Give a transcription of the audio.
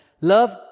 love